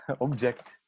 object